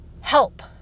help